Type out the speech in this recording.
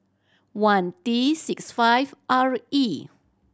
one T six five R E